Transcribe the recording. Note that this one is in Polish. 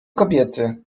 kobiety